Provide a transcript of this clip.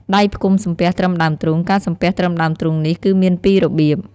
ដៃផ្គុំសំពះត្រឹមដើមទ្រូង ការសំពះត្រឹមដើមទ្រូងនេះ គឺមានពីររបៀប។